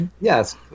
Yes